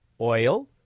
oil